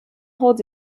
holds